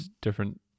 different